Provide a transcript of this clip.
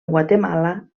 guatemala